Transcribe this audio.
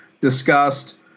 discussed